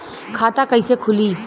खाता कईसे खुली?